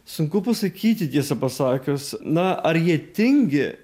sunku pasakyti tiesą pasakius na ar jie tingi